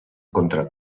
contra